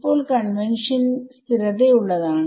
ഇപ്പോൾ കൺവെൻഷൻ സ്ഥിരത ഉള്ളതാണ്